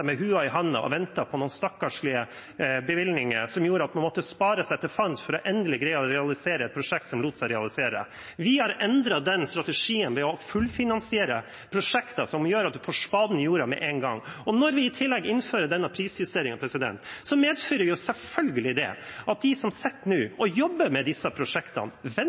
med lua i hånda og ventet på noen stakkarslige bevilgninger, som gjorde at man måtte spare seg til fant for å greie å finansiere et prosjekt som lot seg realisere. Vi har endret den strategien ved å fullfinansiere prosjekter, som gjør at man får spaden i jorda med en gang. Og når vi i tillegg innfører denne prisjusteringen, medfører selvfølgelig det at de som nå sitter og jobber med disse prosjektene,